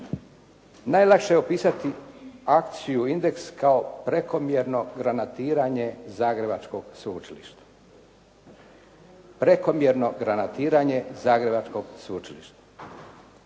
Najlakše je opisati akciju „Indeks“ kao prekomjerno granatiranje Zagrebačkog sveučilišta.